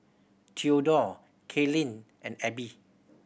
Theodore Kaylin and Abby